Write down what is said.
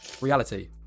Reality